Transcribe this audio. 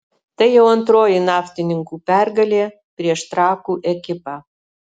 tai jau antroji naftininkų pergalė prieš trakų ekipą